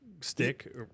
stick